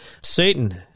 Satan